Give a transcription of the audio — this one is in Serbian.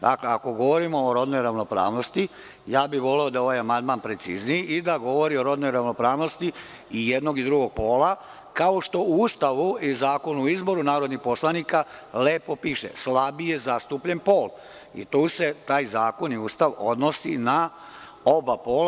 Dakle, ako govorimo o rodnoj ravnopravnosti, voleo bih da je ovaj amandman precizniji i da govori o rodnoj ravnopravnosti i jednog i drugog pola, kao što u Ustavu i Zakonu o izboru narodnih poslanika lepo piše – slabije zastupljen pol i tu se taj zakon i Ustav odnose na oba pola.